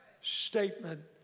Statement